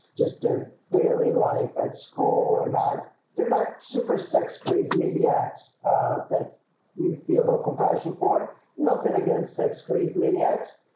just their daily life at school and not they're not super sex-crazy maniacs that you feel a little compassion for nothing against sex-crazed maniacs